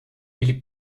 billy